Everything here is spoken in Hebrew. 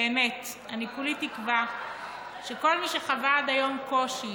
באמת, אני כולי תקווה שכל מי שחווה עד היום קושי